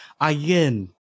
Again